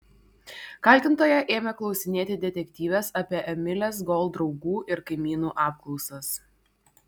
kaltintoja ėmė klausinėti detektyvės apie emilės gold draugų ir kaimynų apklausas